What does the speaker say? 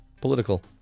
political